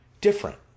different